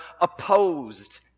opposed